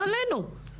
לא עלינו,